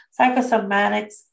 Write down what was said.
psychosomatics